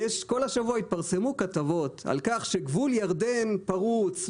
כל השבוע התפרסמו כתבות על כך שגבול ירדן פרוץ,